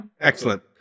Excellent